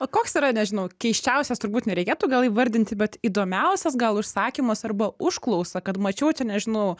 o koks yra nežinau keisčiausias turbūt nereikėtų gal įvardinti bet įdomiausias gal užsakymas arba užklausa kad mačiau čia nežinau